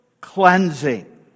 cleansing